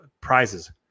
prizes